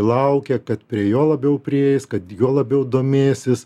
laukia kad prie jo labiau prieis kad juo labiau domėsis